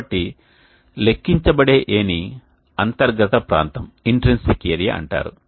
కాబట్టి లెక్కించబడే A ని అంతర్గత ప్రాంతం అంటారు